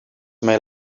may